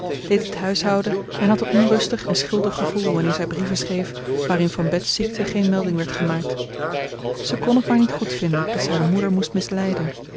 deed het huishouden en had een onrustig en schuldig gevoel wanneer zij brieven schreef waarin van bets ziekte geen melding werd gemaakt ze kon het maar niet goed vinden dat ze haar moeder moest misleiden